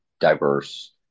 diverse